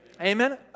Amen